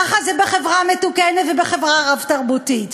ככה זה בחברה מתוקנת ובחברה רב-תרבותית.